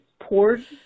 poured